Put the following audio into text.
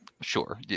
Sure